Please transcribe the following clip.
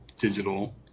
digital